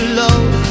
love